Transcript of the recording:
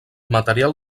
material